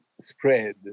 spread